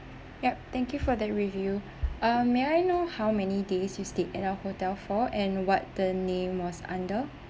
yup thank you for the review um may I know how many days you stay at our hotel for and what the name was under